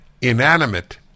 inanimate